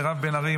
מירב בן ארי,